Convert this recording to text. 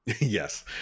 Yes